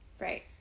Right